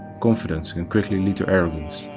confidence can quickly lead to arrogance,